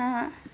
ah